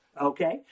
Okay